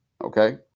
Okay